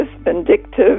vindictive